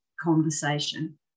conversation